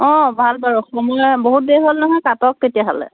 অঁ ভাল বাৰু সময় বহুত দেৰি হ'ল নহয় কাটক কেতিয়াহ'লে